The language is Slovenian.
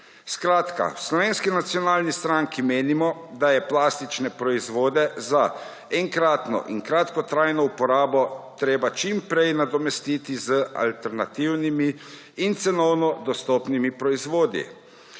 Skratka, v Slovenski nacionalni stranki menimo, da je plastične proizvode za enkratno in kratkotrajno uporabo treba čim prej nadomestiti z alternativnimi in cenovno dostopnimi proizvodi.